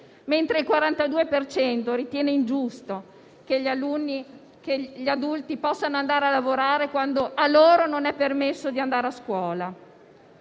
mentre il 42 per cento ritiene ingiusto che gli adulti possano andare a lavorare quando a loro non è permesso di andare a scuola.